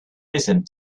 listened